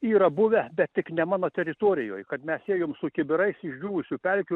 yra buvę bet tik ne mano teritorijoj kad mes ėjom su kibirais išdžiūvusių pelkių